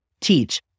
teach